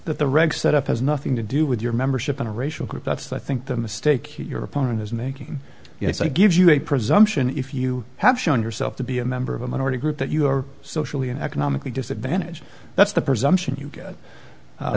that the reg set up has nothing to do with your membership in a racial group that's i think the mistake your opponent is making yes i give you a presumption if you have shown yourself to be a member of a minority group that you are socially and economically disadvantaged that's the presumption you get